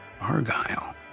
Argyle